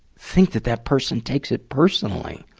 think that that person takes it personally.